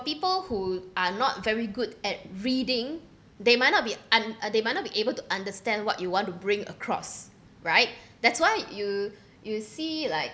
people who are not very good at reading they might not be un~ they might not be able to understand what you want to bring across right that's why you you see like